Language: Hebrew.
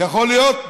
יכול להיות.